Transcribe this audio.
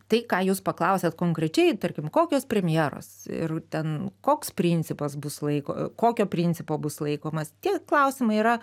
tai ką jūs paklausėt konkrečiai tarkim kokios premjeros ir ten koks principas bus laiko kokio principo bus laikomas tie klausimai yra